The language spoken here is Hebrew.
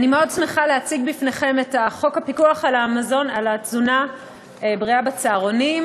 אני מאוד שמחה להציג בפניכם את חוק הפיקוח על תזונה בריאה בצהרונים.